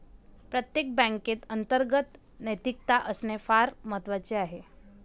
प्रत्येक बँकेत अंतर्गत नैतिकता असणे फार महत्वाचे आहे